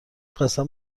قسم